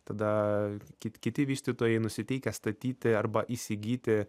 tada ki kiti vystytojai nusiteikę statyti arba įsigyti